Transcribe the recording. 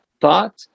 thought